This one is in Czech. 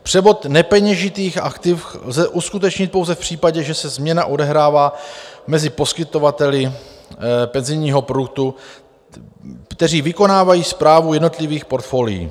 Převod nepeněžitých aktiv lze uskutečnit pouze v případě, že se změna odehrává mezi poskytovateli penzijního produktu, kteří vykonávají správu jednotlivých portfolií.